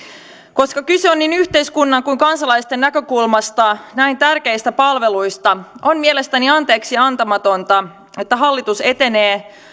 koska kyse on niin yhteiskunnan kuin kansalaisten näkökulmasta näin tärkeistä palveluista on mielestäni anteeksiantamatonta että hallitus etenee